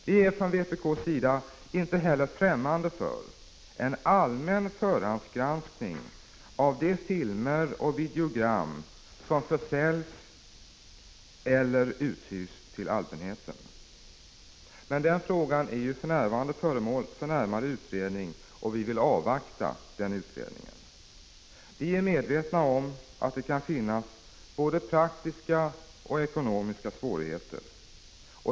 Vi är från vpk:s sida inte heller fftämmande för en allmän förhandsgransk ning av de filmer och videogram som försäljs eller uthyrs till allmänheten. Men den frågan är för närvarande föremål för närmare utredning och vi vill avvakta den utredningen. Vi är medvetna om att det kan finnas praktiska och ekonomiska svårigheter.